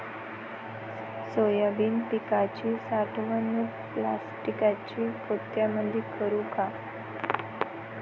Soybean पिकाची साठवणूक प्लास्टिकच्या पोत्यामंदी करू का?